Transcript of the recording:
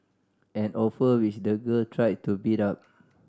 an offer which the girl tried to beat up